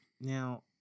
Now